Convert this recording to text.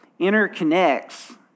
interconnects